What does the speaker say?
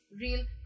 real